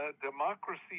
democracy